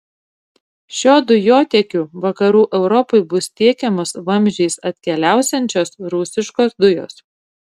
šiuo dujotiekiu vakarų europai bus tiekiamos vamzdžiais atkeliausiančios rusiškos dujos